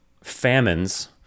famines